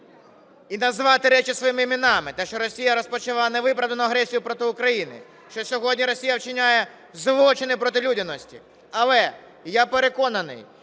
і назвати речі своїми іменами, те, що Росія розпочала невиправдану агресію проти України, що сьогодні Росія вчиняє злочини проти людяності. Але я переконаний,